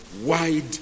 wide